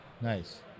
nice